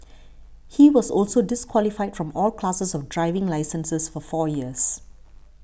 he was also disqualified from all classes of driving licenses for four years